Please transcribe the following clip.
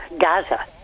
Gaza